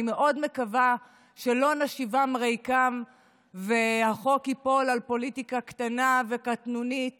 אני מאוד מקווה שלא נשיבם ריקם והחוק ייפול על פוליטיקה קטנה וקטנונית